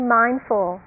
mindful